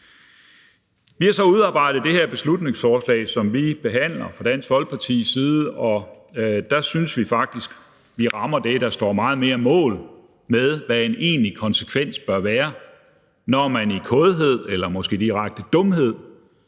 Folkeparti udarbejdet det her beslutningsforslag, som vi behandler, og vi synes faktisk, at vi rammer noget, der i højere grad står mål med, hvad en egentlig konsekvens bør være, når man i kådhed eller måske direkte af dumhed